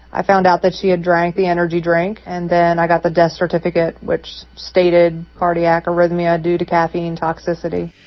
i found out that she had drank the energy drink, and then i got the death certificate which stated cardiac arrhythmia due to caffeine toxicity.